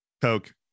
Coke